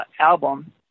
album